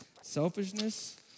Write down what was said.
selfishness